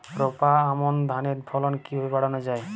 রোপা আমন ধানের ফলন কিভাবে বাড়ানো যায়?